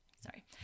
sorry